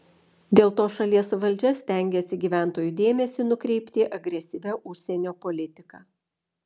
dėl to šalies valdžia stengiasi gyventojų dėmesį nukreipti agresyvia užsienio politika